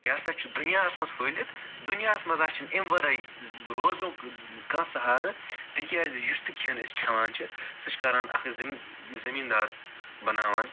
یہِ ہسا چھِ دُنیاہَس منٛز پھٕلِتھ دُنیاہَس منٛز نَہ سا چھُ اَمہِ وَرٲے روزنُک کانٛہہ سَہارٕ تِکیٛازِ یُس تہِ کھیٚن أسۍ کھیٚوان چھِ سُہ چھِ کران اکھ زٔمیٖندار بَناوان